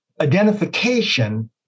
identification